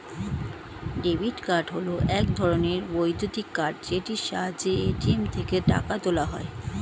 debit card হল এক ধরণের বৈদ্যুতিক কার্ড যেটির সাহায্যে এ.টি.এম থেকে টাকা তোলা যায়